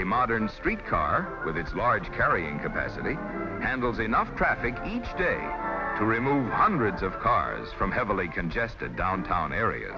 a modern street car with its large carrying capacity handles enough traffic each day to remove hundreds of cars from heavily congested downtown area